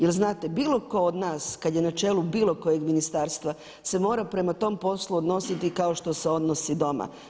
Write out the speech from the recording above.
Jer znate bilo tko od nas kad je na čelu bilo kojeg ministarstva se mora prema tom poslu odnositi kao što se odnosi doma.